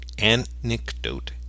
anecdote